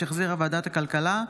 שהחזירה ועדת הכלכלה.